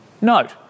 Note